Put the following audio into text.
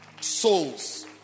souls